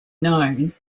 known